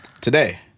Today